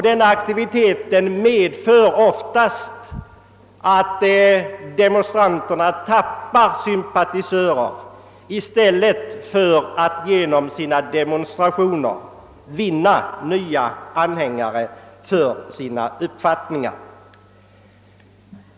Denna aktivitet medför oftast att demonstranterna tappar sympatisörer i stället för att genom sina demonstrationer vinna nya anhängare för sina uppfattningar.